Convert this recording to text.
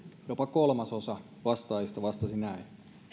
jopa kolmasosa vastaajista vastasi näin